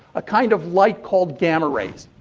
a kind of light called gamma rays.